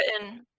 written